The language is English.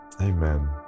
Amen